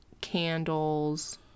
candles